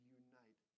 unite